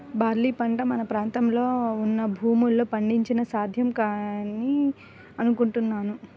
barley పంట మన ప్రాంతంలో ఉన్న భూముల్లో పండించడం సాధ్యం కాదని అనుకుంటున్నాను